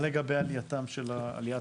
מה לגבי עליית הקהילה?